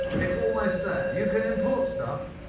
it's almost there. you can import stuff,